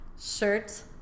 shirt